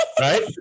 right